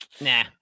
Nah